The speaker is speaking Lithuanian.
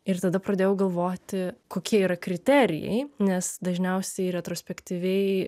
ir tada pradėjau galvoti kokie yra kriterijai nes dažniausiai retrospektyviai